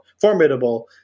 formidable